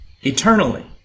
eternally